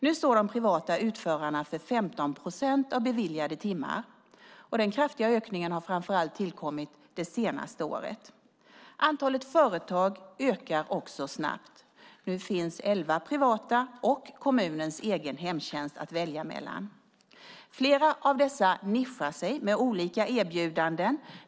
Nu står de privata utförarna för 15 procent av beviljade timmar, och den kraftiga ökningen har framför allt tillkommit det senaste året. Antalet företag ökar också snabbt. Nu finns det elva privata företag och kommunens egen hemtjänst att välja mellan. Flera av dessa företag nischar sig med olika erbjudanden.